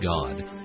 God